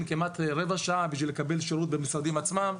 כמעט רבע שעה בשביל לקבל שירות במשרדים עצמם.